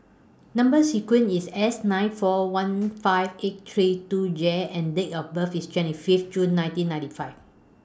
Number sequence IS S nine four one five eight three two J and Date of birth IS twenty five June nineteen ninety five